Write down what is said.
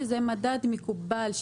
שזה מדד מקובל,